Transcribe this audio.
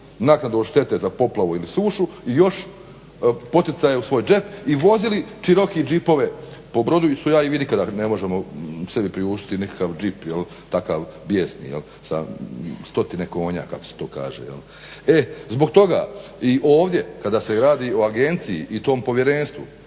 naknadu od štete za poplavu ili sušu i još poticaje u svoj džep i vozili Cheeroke džipove po Brodu što ja i vi nikada ne možemo sebi priuštiti nikakav džip jel' takav bijesni sa stotine konja kako se to kaže. E, zbog toga i ovdje kada se radi o agenciji i tom povjerenstvu